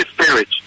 Spirit